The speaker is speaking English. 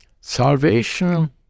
salvation